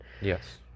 Yes